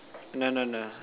no no no